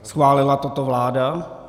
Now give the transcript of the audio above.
Schválila toto vláda?